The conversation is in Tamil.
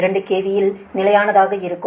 2 KV இல் நிலையானதாக இருக்கும்